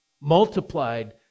multiplied